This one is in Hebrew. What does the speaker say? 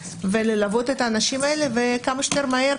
וללוות את האנשים האלה וכמה שיותר מהר.